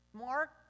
Mark